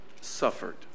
suffered